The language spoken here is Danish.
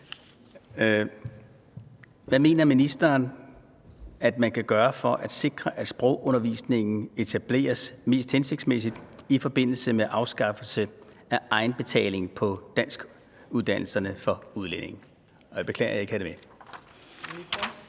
Hvad mener ministeren at man kan gøre for at sikre, at sprogundervisningen etableres mest hensigtsmæssigt i forbindelse med afskaffelse af egenbetaling på danskuddannelserne for udlændinge? Kl. 14:37 Fjerde